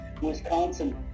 Wisconsin